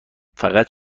فقط